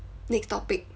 next topic